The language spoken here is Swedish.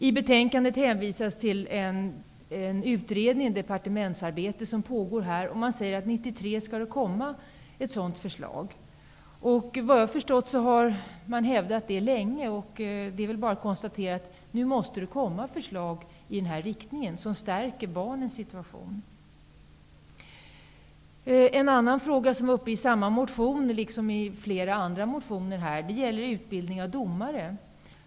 I betänkandet hänvisas till en pågående departementsutredning i vilken sägs att ett sådant förslag skall presenteras 1993. Vad jag har förstått har detta sedan länge hävdats. Det är väl bara att konstatera att ett förslag i den riktning som stärker barnens situation nu måste komma. En annan fråga som har tagits upp i samma motion, liksom i flera andra motioner, gäller utbildning av domare.